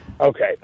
okay